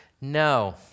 No